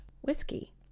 Whiskey